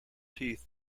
teeth